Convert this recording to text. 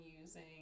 using